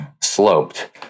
sloped